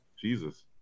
Jesus